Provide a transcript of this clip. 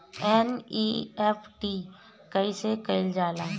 NEFT कइसे कइल जाला?